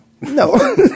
No